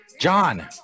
John